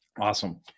awesome